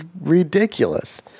ridiculous